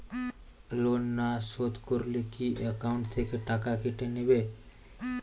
Loan না শোধ করলে কি একাউন্ট থেকে টাকা কেটে নেবে?